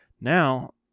now